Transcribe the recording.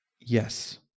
yes